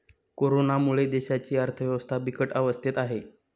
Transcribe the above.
कोरोनामुळे देशाची अर्थव्यवस्था बिकट अवस्थेत आहे